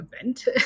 event